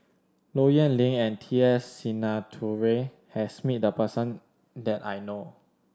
Low Yen Ling and T S Sinnathuray has met the person that I know